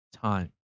time